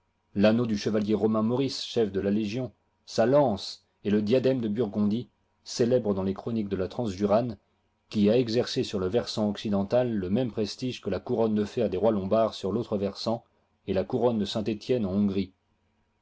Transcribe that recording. l'anneau du chevalier romain maurice chef de la légion sa lance et le diadème de bitrgondic célèbre dans les chroniques de la transjurane qui a exercé sur le versant occidental le même prestige que la couronne de fer des rois lombards sur l'autre versant et la couronne de saint-etienne en hongrie